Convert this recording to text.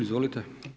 Izvolite.